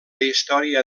història